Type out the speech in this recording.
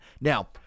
Now